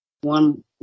one